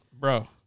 Bro